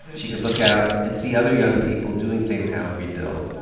she could look out and see other young people doing things to help rebuild.